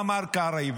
אמר קרעי,